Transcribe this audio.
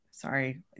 Sorry